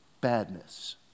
badness